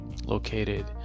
Located